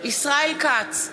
ישראל כץ,